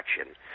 action